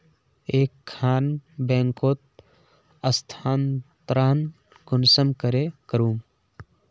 एक खान बैंकोत स्थानंतरण कुंसम करे करूम?